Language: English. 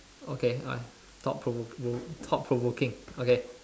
okay alright thought provo~ thought provoking okay